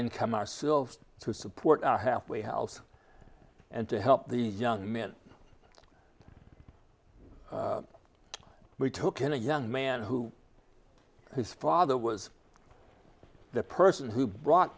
income ourselves to support our halfway house and to help the young men we took in a young man who his father was the person who brought